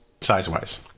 size-wise